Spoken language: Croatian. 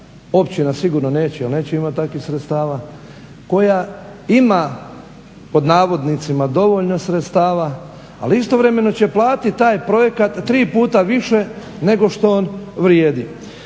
općina sigurno neće jer neće imati takvih sredstava, koja ima "dovoljno" sredstava, ali istovremeno će platiti taj projekt tri puta više nego što on vrijedi.